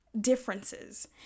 differences